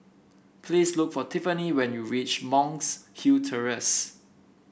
please look for Tiffany when you reach Monk's Hill Terrace